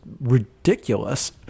ridiculous